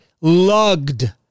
lugged